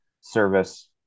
service